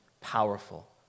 powerful